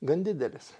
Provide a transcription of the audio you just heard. gan didelis